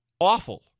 Awful